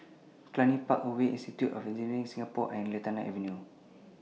Cluny Park Way Institute of Engineers Singapore and Lantana Avenue